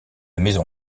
maison